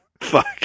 fuck